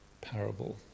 parable